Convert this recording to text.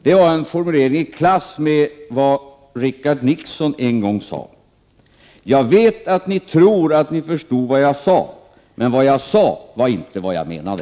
Det var en formulering i klass med vad Richard Nixon en gång sade: Jag vet att ni tror att ni förstod vad jag sade, men vad jag sade var inte vad jag menade.